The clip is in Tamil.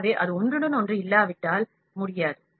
எனவே அது ஒன்றுடன் ஒன்று இல்லாவிட்டால் முடியாது